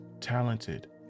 talented